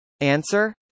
Answer